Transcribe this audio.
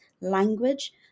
language